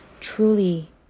truly